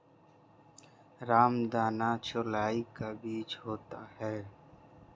रामदाना चौलाई का बीज होता है